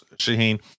Shaheen